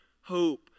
hope